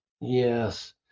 yes